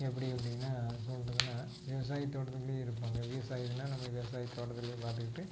எப்படி அப்படின்னா தோட்டத்தில் எல்லாம் விவசாயத் தோட்டத்துக்குள்ளே இருப்பாங்க விவசாயிகெல்லாம் நம்ம விவசாயத் தோட்ட வேலையை பார்த்துக்கிட்டு